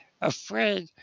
afraid